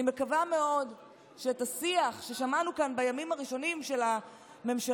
אני מקווה מאוד שאת השיח ששמענו כאן בימים הראשונים של הממשלה,